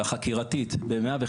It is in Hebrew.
החקירתית ב-105,